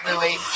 Louie